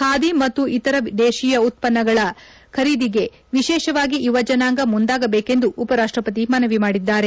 ಬಾದಿ ಮತ್ತು ಇತರ ದೇಶೀಯ ಉತ್ಪನ್ನಗಳ ಖರೀದಿಗೆ ವಿಶೇಷವಾಗಿ ಯುವಜನಾಂಗ ಮುಂದಾಗಜೇಕೆಂದು ಎಂದು ಉಪರಾಷ್ಟರತಿ ಮನವಿ ಮಾಡಿದ್ದಾರೆ